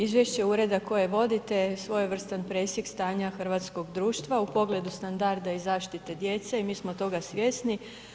Izvješće ureda koje vodite je svojevrstan presjek stanja hrvatskog društva u pogledu standarda i zaštite djece i mi smo toga svjesni.